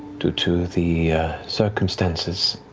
due to the circumstances